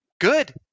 good